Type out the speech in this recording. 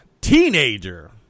teenager